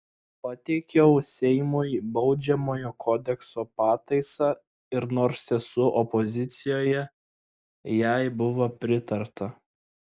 pateikiau seimui baudžiamojo kodekso pataisą ir nors esu opozicijoje jai buvo pritarta